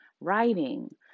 writing